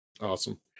Awesome